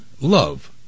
love